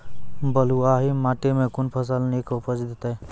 बलूआही माटि मे कून फसल नीक उपज देतै?